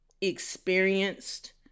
experienced